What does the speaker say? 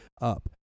up